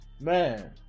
Man